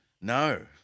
No